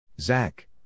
Zach